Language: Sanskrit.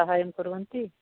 साहाय्यं कुर्वन्ति